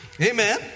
Amen